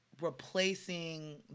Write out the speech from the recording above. replacing